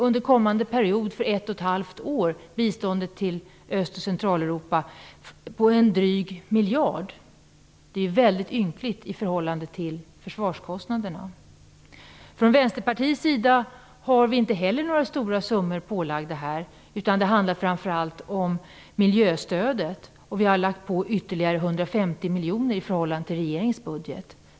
Under kommande period omfattande ett och ett halvt år satsar vi totalt drygt 1 miljard på bistånd till Öst och Centraleuropa. Det är väldigt ynkligt i förhållande till försvarskostnaderna. Vi i Vänsterpartiet har inte heller några stora summor pålagda här, utan det handlar framför allt om miljöstödet. Vi har lagt på ytterligare 150 miljoner kronor i förhållande till regeringens budget.